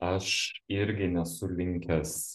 aš irgi nesu linkęs